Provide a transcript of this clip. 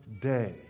day